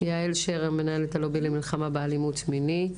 יעל שרר, מנהלת הלובי למלחמה באלימות מינית.